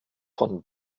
von